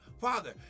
Father